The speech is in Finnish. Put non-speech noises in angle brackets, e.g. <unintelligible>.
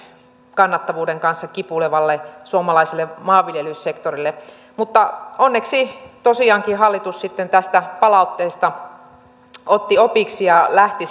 kannattavuuden kanssa kipuilevalle suomalaiselle maanviljelyssektorille mutta onneksi tosiaankin hallitus sitten tästä palautteesta otti opiksi ja lähti <unintelligible>